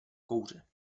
kouře